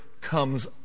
comes